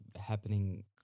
happening